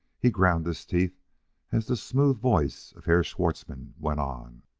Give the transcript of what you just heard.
he ground his teeth as the smooth voice of herr schwartzmann went on